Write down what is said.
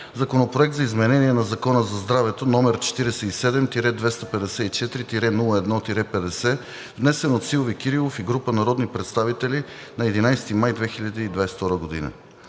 Законопроект за изменение на Закона за здравето, № 47-254-01-50, внесен от Силви Кирилов и група народни представители на 11 май 2022 г.